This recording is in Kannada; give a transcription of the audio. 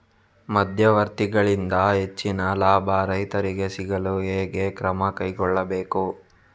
ಮಧ್ಯವರ್ತಿಗಳಿಂದ ಹೆಚ್ಚಿನ ಲಾಭ ರೈತರಿಗೆ ಸಿಗಲು ಹೇಗೆ ಕ್ರಮ ಕೈಗೊಳ್ಳಬೇಕು?